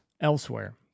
elsewhere